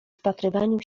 wpatrywaniu